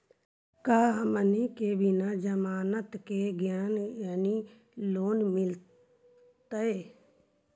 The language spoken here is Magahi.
का हमनी के बिना जमानत के ऋण यानी लोन मिलतई?